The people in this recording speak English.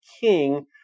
king